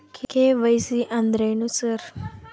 KYC ಅಂದ್ರೇನು sir?